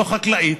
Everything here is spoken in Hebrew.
לא חקלאית,